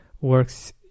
works